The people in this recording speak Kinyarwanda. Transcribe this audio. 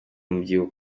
umubyibuho